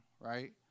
right